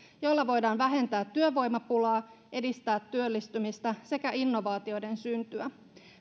joilla voidaan vähentää työvoimapulaa edistää työllistymistä sekä innovaatioiden syntyä